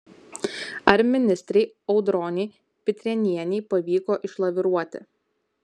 ar ministrei audronei pitrėnienei pavyko išlaviruoti